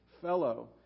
fellow